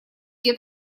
где